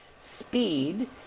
speed